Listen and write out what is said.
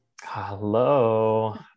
Hello